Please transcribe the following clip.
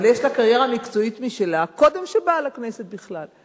אבל יש לה קריירה מקצועית משלה קודם שבאה לכנסת בכלל.